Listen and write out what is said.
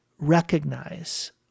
recognize